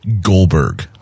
Goldberg